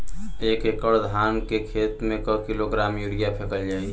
एक एकड़ धान के खेत में क किलोग्राम यूरिया फैकल जाई?